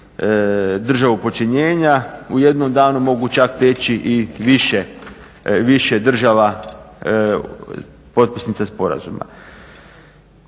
državu počinjenja u jednom danu mogu čak prijeći više država potpisnica sporazuma.